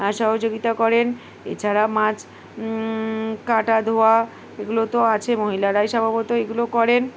আর সহযোগিতা করেন এছাড়া মাছ কাটা ধোয়া এগুলো তো আছে মহিলারাই সম্ভবত এগুলো করেন